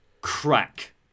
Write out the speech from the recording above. Crack